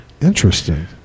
Interesting